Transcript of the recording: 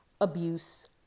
abuse